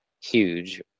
huge